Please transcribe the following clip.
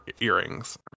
earrings